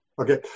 Okay